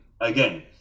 again